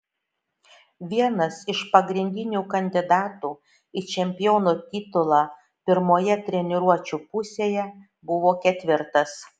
vienas iš pagrindinių kandidatų į čempiono titulą pirmoje treniruočių pusėje buvo ketvirtas